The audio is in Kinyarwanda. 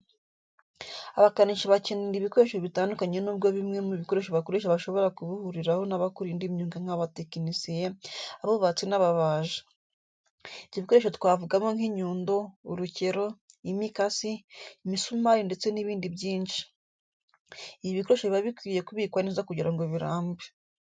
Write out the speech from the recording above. Abakanishi bakenera ibikoresho bitandukanye n'ubwo bimwe mu bikoresho bakoresha bashobora kubihuriraho n'abakora indi myuga nk'abatekinisiye, abubatsi n'ababaji. Ibyo bikoresho twavugamo nk'inyundo, urukero, imikasi, imisumari ndetse n'ibindi byinshi. Ibi bikoresho biba bikwiriye kubikwa neza kugira ngo birambe.